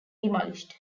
demolished